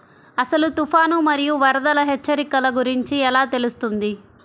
అసలు తుఫాను మరియు వరదల హెచ్చరికల గురించి ఎలా తెలుస్తుంది?